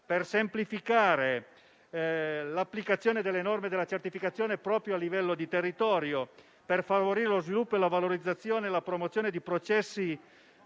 di semplificare l'applicazione delle norme della certificazione proprio a livello di territorio; favorire lo sviluppo e la valorizzazione e la promozione dei processi